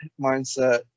mindset